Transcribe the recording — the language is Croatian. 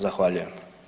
Zahvaljujem.